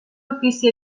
ofici